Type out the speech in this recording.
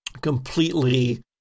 completely